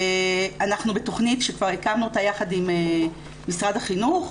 אנחנו בתכנית שכבר הקמנו אותה יחד עם משרד החינוך,